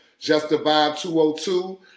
JustTheVibe202